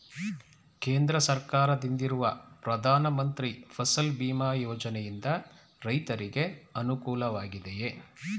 ಕೇಂದ್ರ ಸರ್ಕಾರದಿಂದಿರುವ ಪ್ರಧಾನ ಮಂತ್ರಿ ಫಸಲ್ ಭೀಮ್ ಯೋಜನೆಯಿಂದ ರೈತರಿಗೆ ಅನುಕೂಲವಾಗಿದೆಯೇ?